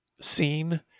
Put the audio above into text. scene